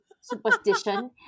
superstition